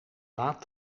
laat